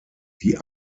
die